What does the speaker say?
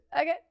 Okay